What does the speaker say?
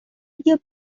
بیا